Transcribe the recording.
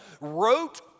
wrote